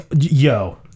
Yo